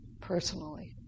personally